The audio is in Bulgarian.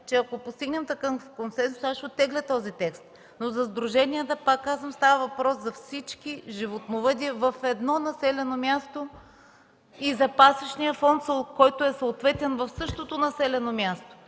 че ако постигнем такъв консенсус, ще оттегля този текст. Но за сдруженията пак казвам, става въпрос за всички животновъди в едно населено място и за пасищния фонд, който е съответен в същото населено място.